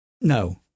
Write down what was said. No